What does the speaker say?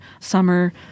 Summer